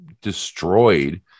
destroyed